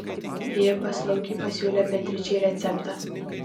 ji paslaugiai pasiūlė beatričei receptą